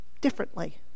differently